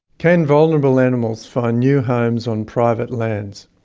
can vulnerable animals find new homes on private lands?